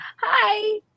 Hi